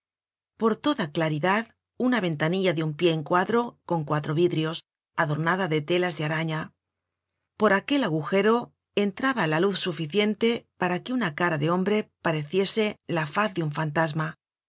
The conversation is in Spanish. por toda claridad una ventanilla de un pié en cuadro con cuatro vidrios adornada de telas de araña por aquel agujero entraba la luz suficiente para que una cara de hombre pareciese la faz de un fantasma